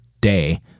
day